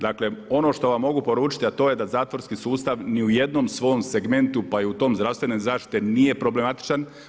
Dakle ono što vam mogu poručiti a to je da zatvorski sustav ni u jednom svom segmentu pa i u tom zdravstvene zaštite nije problematičan.